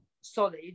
solid